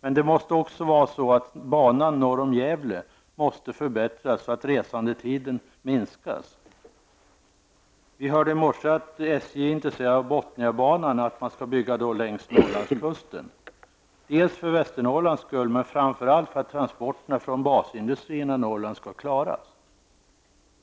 Men banan norr om Gävle måste också förbättras så att resandetiden minskas. Vi hörde i morse att SJ är intresserat av att bygga Bothniabanan längs Norrlandskusten. Det är viktigt för Västernorrlands skull men framför allt för att transporterna från basindustrierna i Norrland skall klaras.